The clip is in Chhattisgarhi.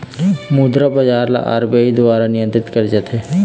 मुद्रा बजार ल आर.बी.आई दुवारा नियंत्रित करे जाथे